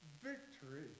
victory